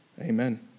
Amen